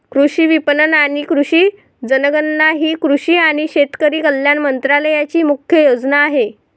कृषी विपणन आणि कृषी जनगणना ही कृषी आणि शेतकरी कल्याण मंत्रालयाची मुख्य योजना आहे